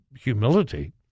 humility